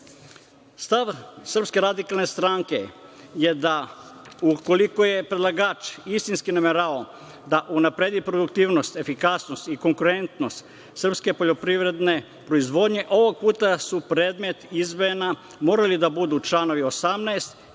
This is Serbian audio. tačka 19) uredbe. Stav SRS je da ukoliko je predlagač istinski nameravao da unapredi produktivnost, efikasnost i konkurentnost srpske poljoprivredne proizvodnje, ovog puta su predmet izmena morali da budu članovi 18. i 31.